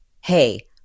Hey